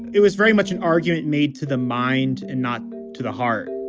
it was very much an argument made to the mind and not to the heart